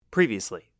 Previously